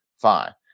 fine